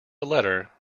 letter